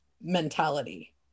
mentality